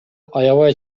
аябай